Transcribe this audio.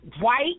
White